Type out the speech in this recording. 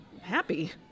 happy